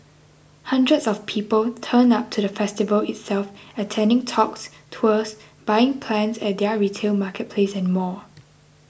hundreds of people turned up to the festival itself attending talks tours buying plants at their retail marketplace and more